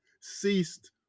ceased